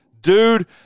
dude